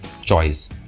choice